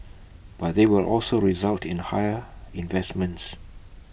but they will also result in higher investments